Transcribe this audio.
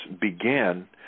began